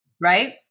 Right